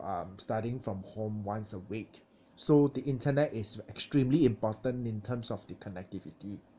um studying from home once a week so the internet is extremely important in terms of the connectivity